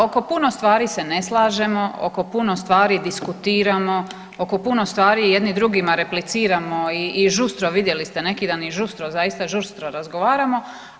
Oko puno stvari se ne slažemo, oko puno stvari diskutiramo, oko puno stvari jedni drugima repliciramo i žustro vidjeli ste neki dan i žustro zaista žustro razgovaramo.